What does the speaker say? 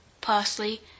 parsley